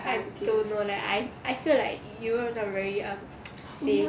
I don't know leh I feel like europe not very safe